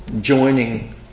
joining